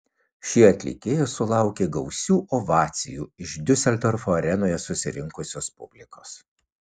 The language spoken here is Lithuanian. ši atlikėja sulaukė gausių ovacijų iš diuseldorfo arenoje susirinkusios publikos